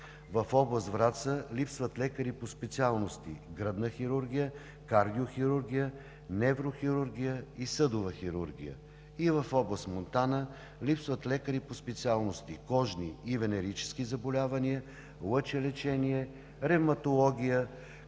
в област Враца липсват лекари по специалности „Гръдна хирургия“, „Кардиохирургия“, „Неврохирургия“ и „Съдова хирургия“, и в област Монтана липсват лекари по специалности „Кожни и венерически заболявания“, „Лъчелечение“, „Ревматология“,